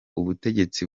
ubutegetsi